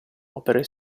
opere